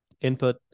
input